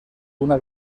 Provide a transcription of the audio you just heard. una